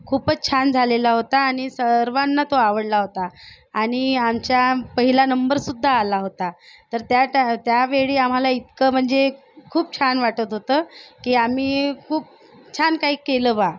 खूपच छान झालेला होता आणि सर्वांना तो आवडला होता आणि आमचा पहिला नंबर सुद्धा आला होता तर त्या तर त्यावेळी आम्हाला इतकं म्हणजे खूप छान वाटत होतं की आम्ही खूप छान काही केलं बा